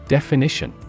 Definition